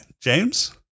James